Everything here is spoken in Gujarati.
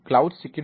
કેમ છો